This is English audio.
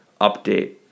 update